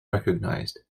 recognized